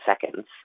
seconds